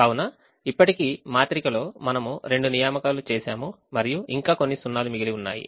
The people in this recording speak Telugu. కావున ఇప్పటికి మాత్రికలో మనము రెండు నియామకాలు చేసాము మరియు ఇంకా కొన్ని సున్నాలు మిగిలి ఉన్నాయి